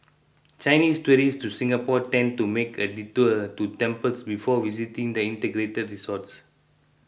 Chinese tourists to Singapore tend to make a detour to temples before visiting the integrated resorts